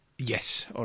Yes